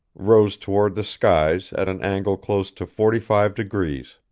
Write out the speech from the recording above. rose toward the skies at an angle close to forty-five degrees.